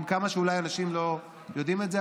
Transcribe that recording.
עם כמה שאולי אנשים לא יודעים את זה,